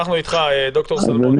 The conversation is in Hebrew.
אנחנו איתך ד"ר שלמון.